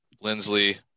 Lindsley